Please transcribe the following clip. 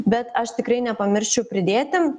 bet aš tikrai nepamirščiau pridėti